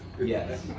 Yes